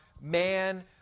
man